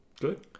Good